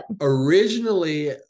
Originally